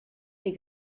des